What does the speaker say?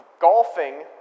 golfing